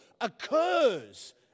occurs